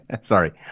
sorry